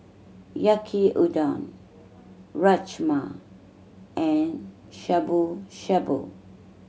Yaki Udon Rajma and Shabu Shabu